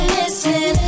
listen